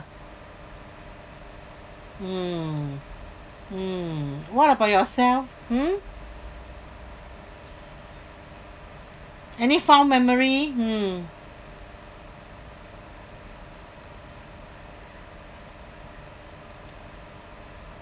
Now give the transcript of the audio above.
mm mm what about yourself hmm any fond memory hmm